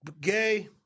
Gay